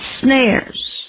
snares